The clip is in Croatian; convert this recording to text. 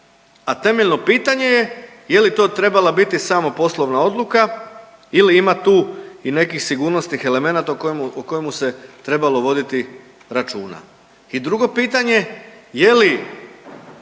a temeljno pitanje je je li to trebala biti samo poslovna odluka ili ima tu i nekih sigurnosnih elemenata o kojemu se trebalo voditi računa. I drugo pitanje je li